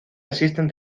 existen